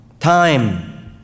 Time